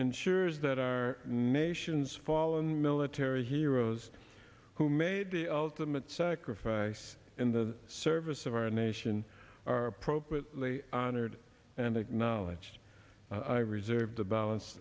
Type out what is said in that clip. ensures that our nation's fallen military heroes who made the ultimate sacrifice in the service of our nation are appropriately honored and the knowledge that i reserve the balance